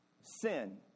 Sin